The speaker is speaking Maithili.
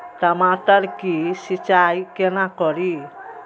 टमाटर की सीचाई केना करी?